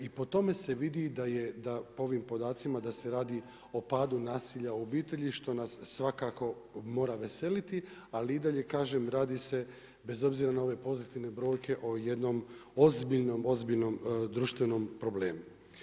I po tome se vidi po ovim podacima da se radi o padu nasilja u obitelji što nas svakako mora veseliti, ali i dalje radi se bez obzira na ove pozitivne brojke o jednom ozbiljnom, ozbiljnom društvenom problemu.